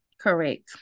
Correct